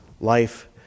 life